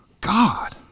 God